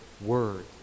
Word